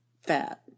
Fat